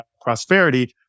prosperity